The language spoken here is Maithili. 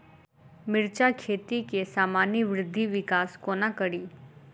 मिर्चा खेती केँ सामान्य वृद्धि विकास कोना करि?